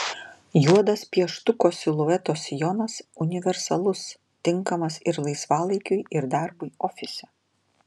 juodas pieštuko silueto sijonas universalus tinkamas ir laisvalaikiui ir darbui ofise